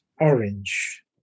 orange